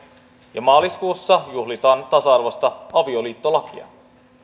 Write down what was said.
ja maaliskuussa juhlitaan tasa arvoista avioliittolakia